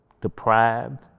deprived